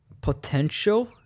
potential